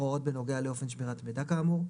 הוראות בנוגע לאופן שמירת המידע כאמור,